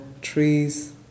trees